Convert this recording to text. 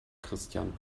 christian